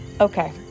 Okay